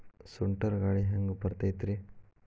ಸುಂಟರ್ ಗಾಳಿ ಹ್ಯಾಂಗ್ ಬರ್ತೈತ್ರಿ?